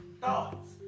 thoughts